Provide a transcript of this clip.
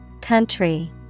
Country